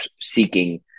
seeking